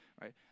right